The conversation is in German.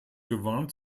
gewarnt